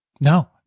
No